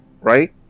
right